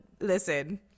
listen